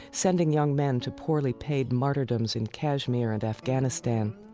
sending young men to poorly paid martyrdoms in kashmir and afghanistan.